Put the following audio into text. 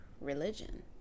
religion